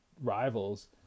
rivals